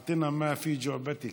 (אומר בערבית: